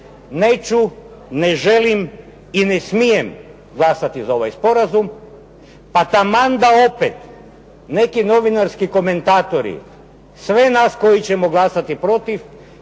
neću, ne želim i ne smijem glasati za ovaj sporazum. Pa taman da opet neki novinarski komentatori sve nas koji ćemo glasati protiv,